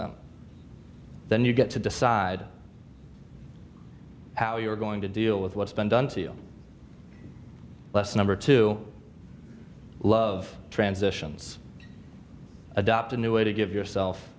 them then you get to decide how you are going to deal with what's been done to you less number two love transitions adopt a new way to give yourself